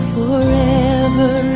forever